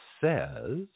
says